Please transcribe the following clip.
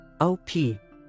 OP